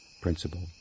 principle